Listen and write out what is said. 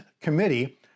committee